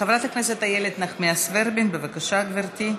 חברת הכנסת אילת נחמיאס ורבין, בבקשה, גברתי.